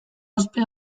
ospe